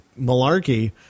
malarkey